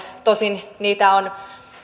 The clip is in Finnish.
tosin niitä on